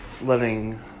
letting